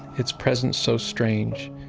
it's presence so strange,